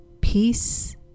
peace